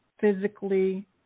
physically